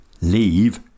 leave